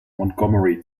montgomery